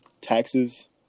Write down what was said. Taxes